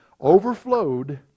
overflowed